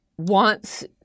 wants